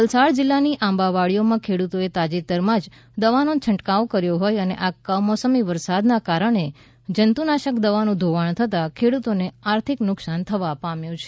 વલસાડ જિલ્લાની આંબાવાડીઓમાં ખેડૂતોએ તાજેતરમાં જ દવાનો છટકાવ કર્યો હોય અને આ કમોસમી વરસાદના કારણે જંતુનાશક દવાનું ધોવાણ થતા ખેડૂતોને આર્થિક નુકશાન થવા પામ્યું છે